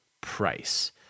price